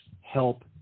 help